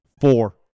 Four